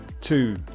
two